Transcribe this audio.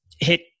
hit